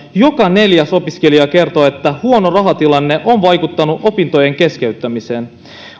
joka neljäs opiskelija kertoo että huono rahatilanne on vaikuttanut opintojen keskeyttämiseen